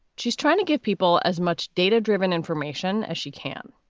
she's trying to give people as much data driven information as she can.